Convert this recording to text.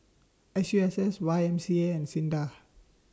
S U S S Y M C A and SINDA